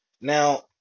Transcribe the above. now